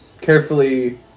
carefully